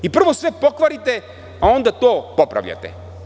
Prvo sve pokvarite, a onda to popravljate.